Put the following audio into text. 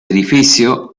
edificio